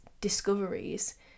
discoveries